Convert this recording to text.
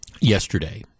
yesterday